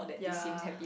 ya